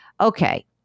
Okay